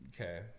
Okay